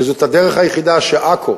כי זאת הדרך היחידה שעכו,